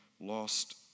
lost